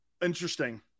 Interesting